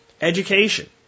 education